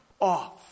off